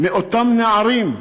של אותם נערים,